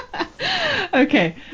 Okay